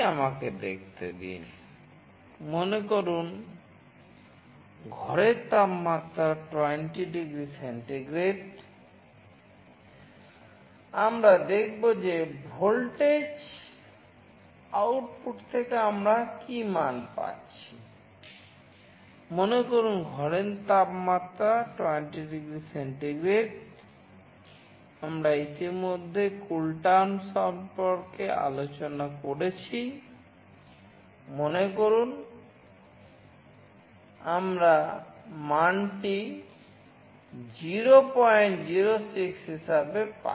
আমরা কম্পিউটিংয়ের সম্পর্কে আলোচনা করেছি মনে করুন আমরা মানটি 006 হিসাবে পাই